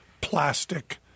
plastic